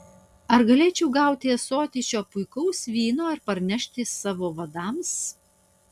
ar galėčiau gauti ąsotį šio puikaus vyno ir parnešti savo vadams